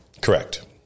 Correct